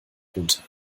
runter